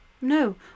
No